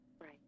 Right